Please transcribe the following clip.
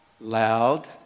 loud